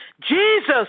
Jesus